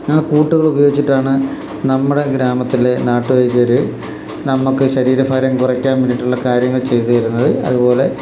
ആ കൂട്ടുകൾ ഉപയോഗിച്ചിട്ടാണ് നമ്മുടെ ഗ്രാമത്തിലെ നാട്ടുവൈദ്യര് നമുക്കു ശരീരഭാരം കുറയ്ക്കാൻ വേണ്ടിയിട്ടുള്ള കാര്യങ്ങള് ചെയ്തുതരുന്നത് അതുപോലെ